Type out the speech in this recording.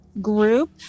group